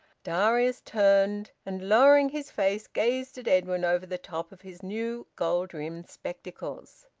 darius turned and, lowering his face, gazed at edwin over the top of his new gold-rimmed spectacles.